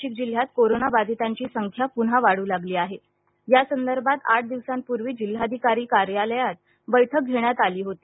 नाशिक जिल्ह्यात कोरोना बाधितांची संख्या पुन्हा वाढू लागली आहे यासंदर्भात आठ दिवसांपूर्वी जिल्हाधिकारी कार्यालयात बैठक घेण्यात आली होती